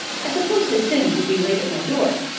i supposed his sins would be laid at my door.